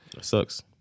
sucks